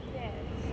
yes